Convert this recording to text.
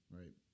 right